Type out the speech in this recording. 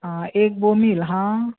आं एक बोंबील आं